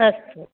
अस्तु